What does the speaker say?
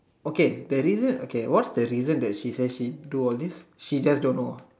okay the reason okay what's the reason she say she do all this she just don't know